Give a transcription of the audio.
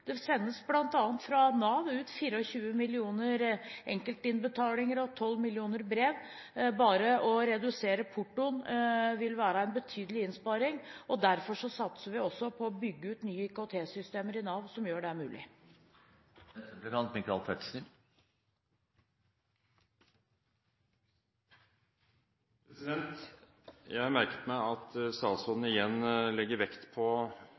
det sendes bl.a. ut 24 millioner enkeltinnbetalinger og 12 millioner brev fra Nav. Bare å redusere portoen vil være en betydelig innsparing, og derfor satser vi også på å bygge ut nye IKT–systemer i Nav som gjør det mulig. Jeg merket meg at statsråden igjen legger vekt på